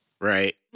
Right